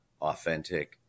authentic